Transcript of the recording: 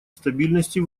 стабильности